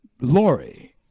Lori